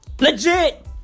Legit